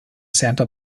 santa